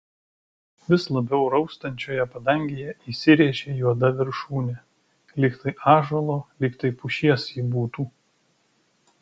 vis labiau raustančioje padangėje įsirėžė juoda viršūnė lyg tai ąžuolo lyg tai pušies ji būtų